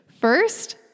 First